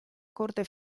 corte